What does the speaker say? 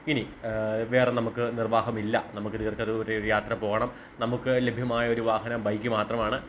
ഇനി വേറെ നമുക്ക് നിർവാഹമില്ല നമുക്ക് ദീർഘദൂര ഒരു യാത്ര പോണം നമുക്ക് ലഭ്യമായ ഒരു വാഹനം ബൈക്ക് മാത്രമാണ്